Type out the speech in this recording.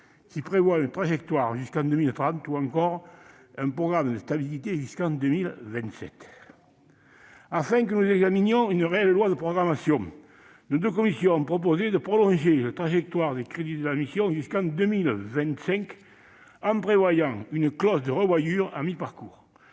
qui prévoit une trajectoire jusqu'en 2030, ou encore un programme de stabilité jusqu'en 2027. Afin que nous examinions une réelle « loi de programmation », nos deux commissions ont proposé de prolonger la trajectoire des crédits de la mission jusqu'en 2025, en prévoyant une clause de revoyure à mi-parcours.